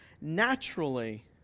naturally